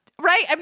right